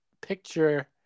picture